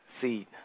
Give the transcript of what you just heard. Seed